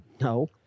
No